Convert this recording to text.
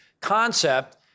concept